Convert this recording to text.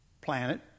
planet